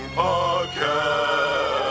podcast